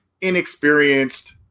inexperienced